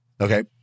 Okay